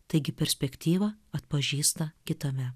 taigi perspektyvą atpažįsta kitame